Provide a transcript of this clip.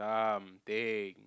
something